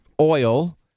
oil